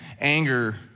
anger